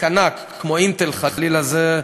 עסק ענק כמו "אינטל", חלילה, זה,.